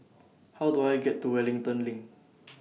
How Do I get to Wellington LINK